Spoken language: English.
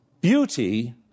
beauty